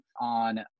on